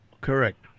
Correct